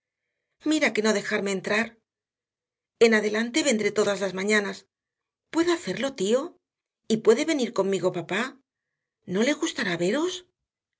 mira que no dejarme entrar en adelante vendré todas las mañanas puedo hacerlo tío y puede venir conmigo papá no le gustará veros